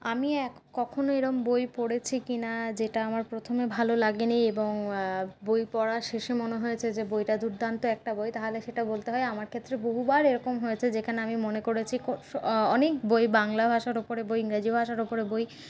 আমি কখনো এরম বই পড়েছি কিনা যেটা আমার প্রথমে ভালো লাগেনি এবং বই পড়ার শেষে মনে হয়েছে যে বইটা দুর্দান্ত একটা বই তাহালে সেটা বলতে হয় আমার ক্ষেত্রে বহুবার এরকম হয়েছে যে যেখানে আমি মনে করেছি অনেক বই বাংলা ভাষার ওপরে বই ইংরাজি ভাষার ওপরে বই